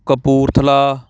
Kapurthala